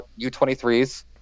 U23s